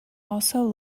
also